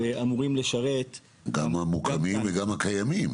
ואמורים לשרת --- גם המוקמים וגם הקיימים,